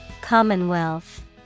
Commonwealth